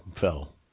fell